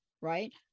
right